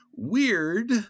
Weird